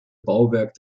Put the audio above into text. bauwerk